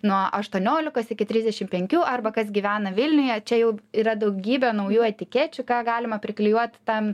nuo aštuoniolikos iki trisdešim penkių arba kas gyvena vilniuje čia jau yra daugybė naujų etikečių ką galima priklijuot ten